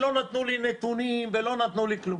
ולא נתנו לי נתונים ולא נתנו לי כלום.